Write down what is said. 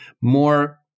more